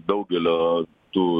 daugelio tų